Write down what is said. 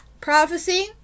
prophecy